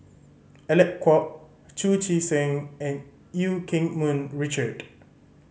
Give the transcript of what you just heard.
Alec Kuok Chu Chee Seng and Eu Keng Mun Richard